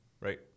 right